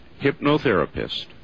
hypnotherapist